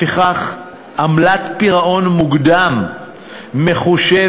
לפיכך, עמלת פירעון מוקדם מחושבת,